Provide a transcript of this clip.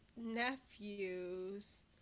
nephews